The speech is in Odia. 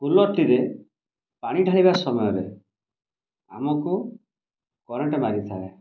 କୁଲର୍ଟିରେ ପାଣି ଢ଼ାଳିବା ସମୟରେ ଆମକୁ କରେଣ୍ଟ୍ ମାରିଥାଏ